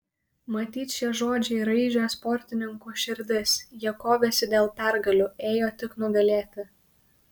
matyt šie žodžiai raižė sportininkų širdis jie kovėsi dėl pergalių ėjo tik nugalėti